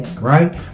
right